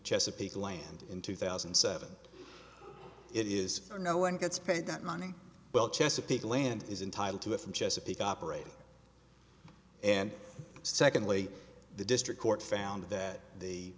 chesapeake land in two thousand and seven it is or no one gets paid that money well chesapeake land is entitled to it from chesapeake operating and secondly the district court found that the